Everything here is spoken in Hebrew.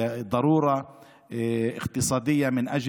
זו הזכות של כל האזרחים שהרישיון שלהם נשלל